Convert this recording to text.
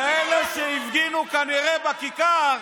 כאלה שהפגינו כנראה בכיכר,